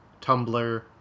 Tumblr